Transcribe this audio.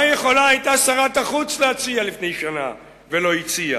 מה יכולה היתה שרת החוץ להציע לפני שנה ולא הציעה?